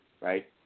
Right